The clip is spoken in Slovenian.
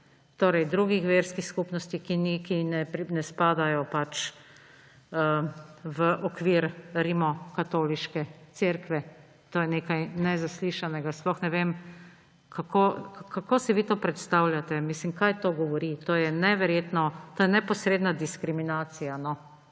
ali pa drugih verskih skupnosti, ki ne spadajo pač v okvir Rimokatoliške cerkve. To je nekaj nezaslišanega. Sploh ne vem, kako si vi to predstavljate. Mislim, kaj to govori? To je neverjetno. To je neposredna diskriminacija, no,